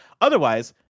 otherwise